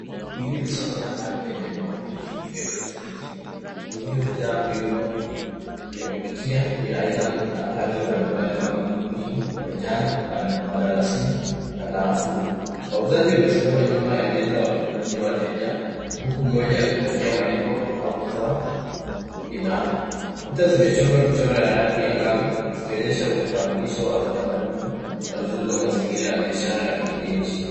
Hili ni soko la ndani lenye vibakuli mingi vya blastiki. Vilivyojaa viungo vya kupikia vya aina na rangi mbalimbali kama pilipili, manjani, badalasini na karafuu. Wauzaji wamesimama nyuma ya meza wakihudumia wateja huku mmoja akipokea malipo au kutoa bidhaa. Kuta zimechorwa michoro ya rangi ya ngavu zikionyesha utambulisho wa kitamaduni na uzuri wa mazingira ya biashara ya kienyeji.